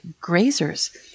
grazers